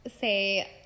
say